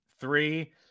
Three